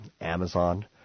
Amazon